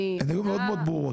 הן היו מאד ברורות,